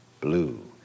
blue